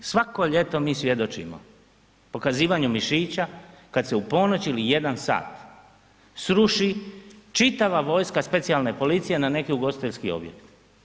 I svako ljeto mi svjedočimo, pokazivanju mišića kad se u ponoć ili u 1 sat sruši čitava vojska specijalne policije na neki ugostiteljski objekt.